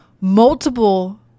multiple